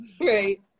Right